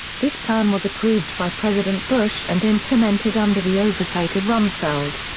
this plan was approved by president bush and implemented under the oversight of rumsfeld.